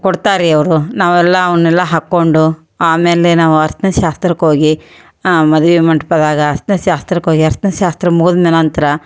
ಕೊಡ್ತಾರೆ ರೀ ಅವರು ನಾವೆಲ್ಲ ಅವನ್ನೆಲ್ಲ ಹಾಕಿಕೊಂಡು ಆಮೇಲೆ ನಾವು ಅರ್ಶ್ಣದ ಶಾಸ್ತ್ರಕ್ಕೋಗಿ ಮದ್ವೆ ಮಂಟಪದಾಗೆ ಅರ್ಶ್ಣದ ಶಾಸ್ತ್ರಕ್ಕೋಗಿ ಅರ್ಶ್ಣದ ಶಾಸ್ತ್ರ ಮುಗಿದ ನಂತರ